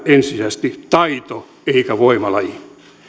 ensisijaisesti taito eikä voimalajina